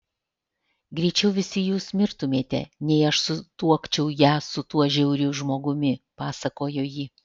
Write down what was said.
greičiau visi jūs mirtumėte nei aš sutuokčiau ją su tuo žiauriu žmogumi pasakojo ji